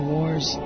Wars